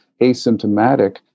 asymptomatic